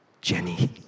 Jenny